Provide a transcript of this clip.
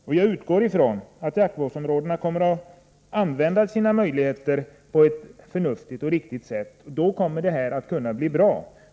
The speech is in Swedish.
När det gäller jaktvårdsområdena utgår jag från att man kommer att utnyttja sina möjligheter på ett förnuftigt och riktigt sätt. I så fall kommer det här att bli bra.